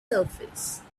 surface